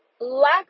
lack